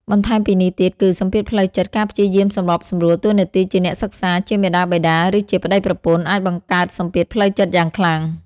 បន្ថែមពីនេះទៀត គឺ សម្ពាធផ្លូវចិត្ត ការព្យាយាមសម្របសម្រួលតួនាទីជាអ្នកសិក្សា ជាមាតាបិតា ឬជាប្តីប្រពន្ធ អាចបង្កើតសម្ពាធផ្លូវចិត្តយ៉ាងខ្លាំង។